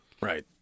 Right